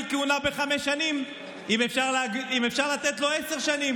כהונה בחמש שנים אם אפשר לתת לו עשר שנים,